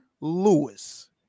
Lewis